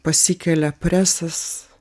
pasikelia presas